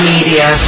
Media